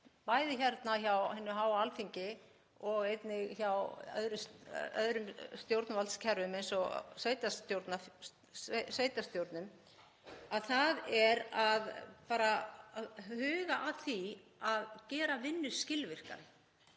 bæði hér á hinu háa Alþingi og einnig hjá öðrum stjórnvaldskerfum eins og sveitarstjórnum, þ.e. að huga að því að gera vinnu skilvirkari.